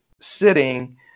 sitting